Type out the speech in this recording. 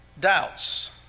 Doubts